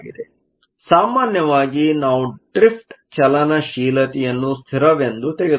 ಸಾಮಾನ್ಯವಾಗಿ ನಾವು ಡ್ರಿಫ್ಟ್ ಚಲನಶೀಲತೆಯನ್ನು ಸ್ಥಿರವೆಂದು ತೆಗೆದುಕೊಳ್ಳುತ್ತೇವೆ